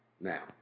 now